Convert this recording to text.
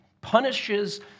punishes